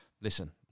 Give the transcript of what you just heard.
listen